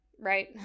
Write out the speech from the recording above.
right